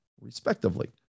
respectively